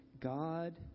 God